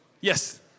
Yes